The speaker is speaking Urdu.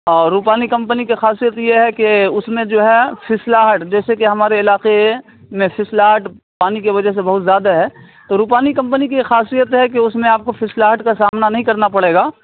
اور روپانی کمپنی کی خاصیت یہ ہے کہ اس میں جو ہے پھسلاہٹ جیسے کہ ہمارے علاقے میں پھسلن پانی کی وجہ سے بہت زیادہ ہے تو روپانی کمپنی کی یہ خاصیت ہے کہ اس میں آپ کو پھسلن کا سامنا نہیں کرنا پڑے گا